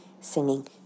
singing